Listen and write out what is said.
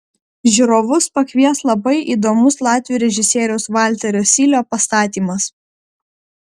žiūrovus pakvies labai įdomus latvių režisieriaus valterio sylio pastatymas